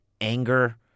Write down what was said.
anger